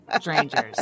strangers